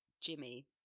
Jimmy